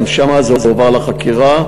גם זה הועבר שם לחקירה,